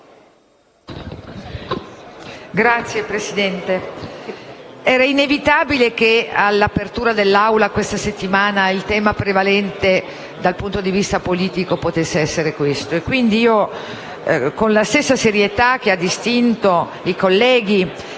Signora Presidente, era inevitabile che all'apertura dei lavori dell'Assemblea questa settimana il tema prevalente dal punto di vista politico potesse essere questo. Quindi io, con la stessa serietà che ha distinto i colleghi